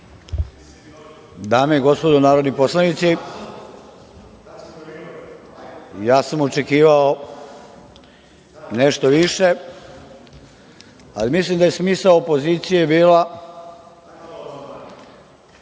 Dame i gospodo narodni poslanici, ja sam očekivao nešto više, ali mislim da je smisao opozicije bio